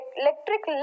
electric